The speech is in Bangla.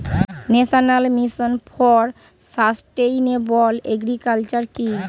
National mission for sustainable agriculture কি?